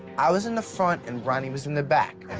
i was in the front and ronnie was in the back.